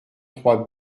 trois